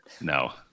No